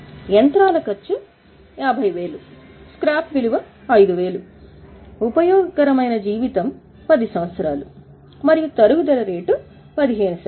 యంత్రాల ఖర్చు 50000 స్క్రాప్ విలువ 5000 ఉపయోగకరమైన జీవితం 10 సంవత్సరాలు మరియు తరుగుదల రేటు 15 శాతం